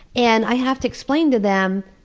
and i have to explain to them,